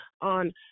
on